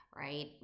right